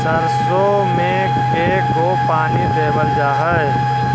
सरसों में के गो पानी देबल जा है?